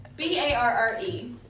B-A-R-R-E